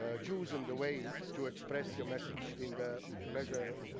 ah chosen the way to express your message in the measure,